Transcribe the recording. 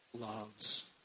loves